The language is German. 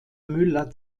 müller